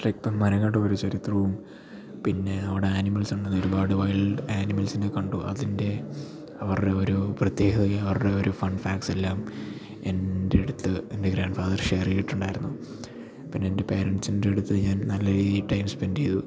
trip മരങ്ങളുടെ ഒരു ചരിത്രവും പിന്നെ അവിടെ അനിമൽസ് ഉണ്ടെന്ന് ഒരുപാട് വൈൽഡ് ആനിമൽസിനെ കണ്ടു അതിൻ്റെ അവരുടെയൊരു പ്രത്യേകത അവരുടെ ഒരു ഫൺ ഫാക്ട്സ് എല്ലാം എൻ്റെ അടുത്ത് എൻ്റെ ഗ്രാൻ്റ്ഫാദർ ഷെയർ ചെയ്തിട്ടുണ്ടായിരുന്നു പിന്നെ എൻ്റെ പേരൻസിൻ്റെ അടുത്ത് ഞാൻ നല്ല രീതിയിൽ ടൈം സ്പെൻ്റ് ചെയ്തു